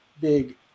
big